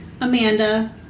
Amanda